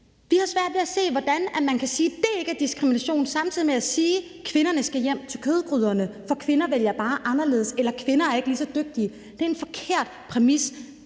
Vi har svært ved at se, hvordan man kan sige, at det ikke er diskrimination, samtidig med man siger, at kvinderne skal hjem til kødgryderne, for kvinder vælger bare anderledes eller kvinder er ikke lige så dygtige. Det er en forkert præmis.